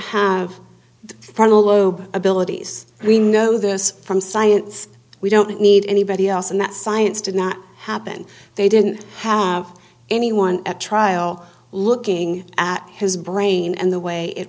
have frontal lobe abilities we know this from science we don't need anybody else and that science did not happen they didn't have anyone at trial looking at his brain and the way it